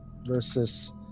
versus